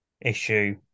issue